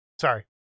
Sorry